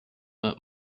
but